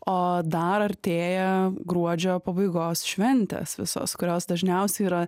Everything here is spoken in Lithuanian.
o dar artėja gruodžio pabaigos šventes visos kurios dažniausiai yra